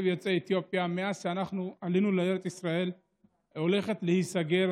יוצאי אתיופיה מאז שאנחנו עלינו לארץ ישראל הולכת להיסגר,